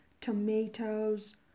tomatoes